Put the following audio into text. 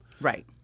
Right